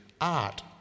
art